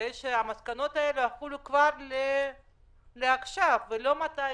כדי שהמסקנות האלה יחולו כבר עכשיו ולא מתישהו?